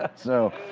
and so,